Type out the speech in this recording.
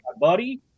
buddy